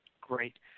Great